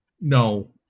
No